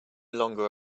longer